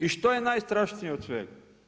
I što je najstrašnije od svega?